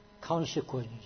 consequence